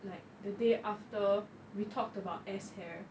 like the day after we talked about ass hair